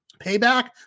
payback